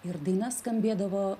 ir daina skambėdavo